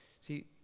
See